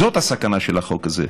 זאת הסכנה של החוק הזה.